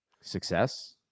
success